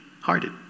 hearted